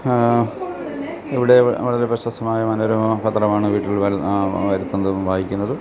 ഇവിടെ വളരെ പ്രശസ്തമായ മനോരമ പത്രമാണ് വീട്ടിൽ വരുത്തുന്നതും വായിക്കുന്നതും